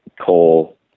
coal